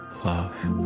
love